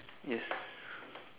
yes